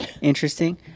interesting